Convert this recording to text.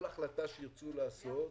כל החלטה שירצו לעשות,